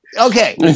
Okay